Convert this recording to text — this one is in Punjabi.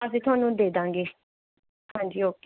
ਅਸੀਂ ਤੁਹਾਨੂੰ ਦੇ ਦਵਾਂਗੇ ਹਾਂਜੀ ਓਕੇ